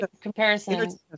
comparison